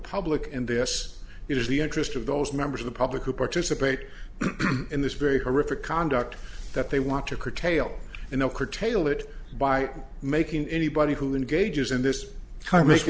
public and this is the interest of those members of the public who participate in this very horrific conduct that they want to curtail and the curtail it by making anybody who engages in this kind of